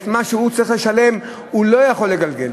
את מה שהוא צריך לשלם הוא לא יכול לגלגל.